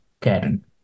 Karen